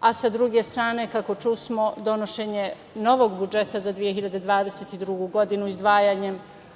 a sa druge strane, kako čusmo, donošenje novog budžeta za 2022. godinu izdvajanjem